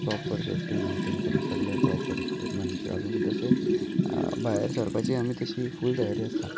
proper safety maintain करून सगलें proper equipments घालून तशें भायर सरपाची आमी तशी फूल तयारी आसता